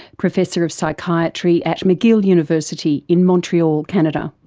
professor of psychiatry at mcgill university in montreal, canada.